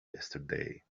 yesterday